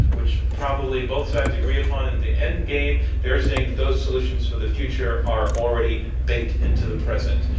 which probably both sides agree upon, in the end game they're saying that those solutions for the future are already baked into the present